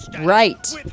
Right